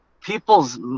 people's